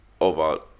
over